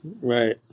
Right